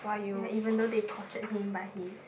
ya even though they tortured him but he